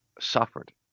suffered